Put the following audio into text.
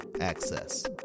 access